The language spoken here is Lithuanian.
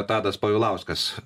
tadas povilauskas